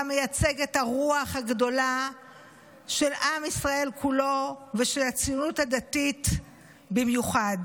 אתה מייצג את הרוח הגדולה של עם ישראל כולו ושל הציונות הדתית במיוחד.